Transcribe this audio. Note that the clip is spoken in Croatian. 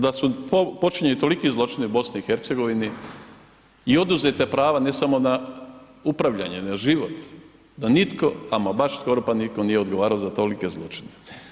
Žalosno je da su počinjeni toliki zločini u BiH i oduzeta prava ne samo na upravljanje, nego na život, da nitko, ama baš skoro pa nitko, nije odgovarao za tolike zločine.